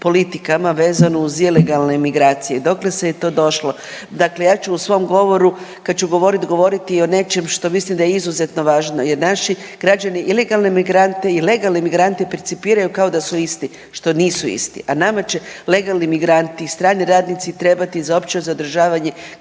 politikama vezano uz ilegalne migracije i dokle se je to došlo. Dakle, ja ću u svom govoru kad ću govorit, govorit i o nečem što mislim da je izuzetno važno jer naši građani ilegalne migrante i legalne migrante percipiraju kao da su isti, što nisu isti, a nama će legalni migranti i strani radnici trebati za opće zadržavanje